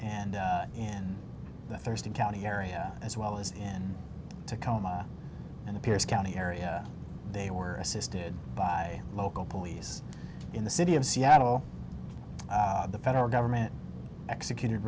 and in the thurston county area as well as in tacoma and the pierce county area they were assisted by local police in the city of seattle the federal government executed